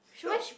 no